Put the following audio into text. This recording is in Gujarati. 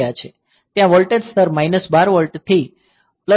ત્યાં વોલ્ટેજ સ્તર 12 વોલ્ટથી 15 વોલ્ટ હોય છે